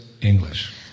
English